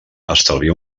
estalvia